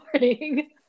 morning